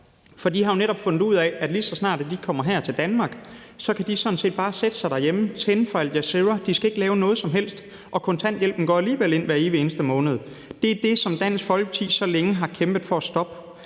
For de har jo netop fundet ud af, at lige så snart de kommer til Danmark, kan de sådan set bare sætte sig derhjemme og tænde for Al Jazeera; de skal ikke lave noget som helst, og kontanthjælpen går alligevel ind hver evig eneste måned. Det er det, som Dansk Folkeparti så længe har kæmpet for at stoppe.